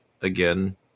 again